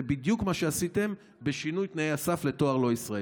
זה בדיוק מה שעשיתם בשינוי תנאי הסף לתואר לא ישראלי.